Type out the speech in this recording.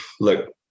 look